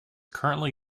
currently